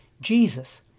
Jesus